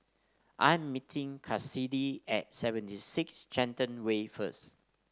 I am meeting Cassidy at Seventy Six Shenton Way first